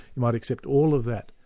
you might accept all of that,